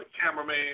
cameraman